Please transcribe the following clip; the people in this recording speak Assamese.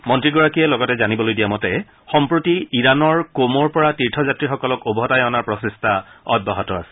মন্ত্ৰীগৰাকীয়ে লগতে জানিবলৈ দিয়া মতে সম্প্ৰতি ইৰাণৰ কমৰপৰা তীৰ্থযাত্ৰীসকলক উভতাই অনাৰ প্ৰচেষ্টা অব্যাহত আছে